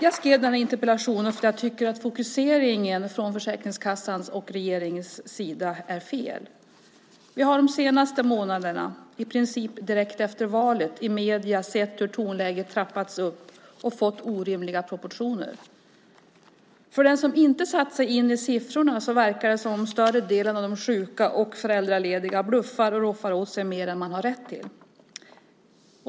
Jag skrev denna interpellation därför att jag tycker att fokuseringen från Försäkringskassans och regeringens sida är felaktig. Under de senaste månaderna, i princip direkt efter valet, har vi i medierna sett hur tonläget trappats upp och hur det hela fått orimliga proportioner. För den som inte har satt sig in i siffrorna verkar det som att större delen av de sjuka och föräldralediga bluffar och roffar åt sig mer än de har rätt till.